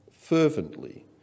fervently